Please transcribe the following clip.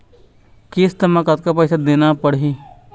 किस्त म कतका पैसा देना देना पड़ही?